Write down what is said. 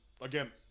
again